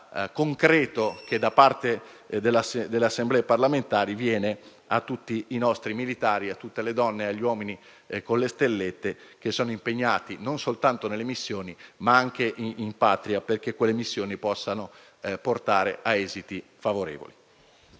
concreto che da parte delle Assemblee parlamentari viene a tutti i nostri militari, a tutte le donne e gli uomini con le stellette che sono impegnati non soltanto all'estero ma anche in Patria affinché quelle missioni possano portare ad esiti favorevoli.